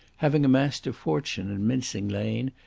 having amassed a fortune in mincing lane,